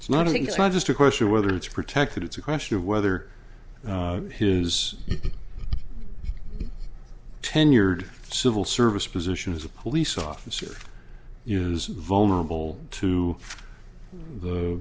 it's not it's not just a question of whether it's protected it's a question of whether his tenured civil service position is a police officer you know is vulnerable to the